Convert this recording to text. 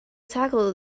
tackle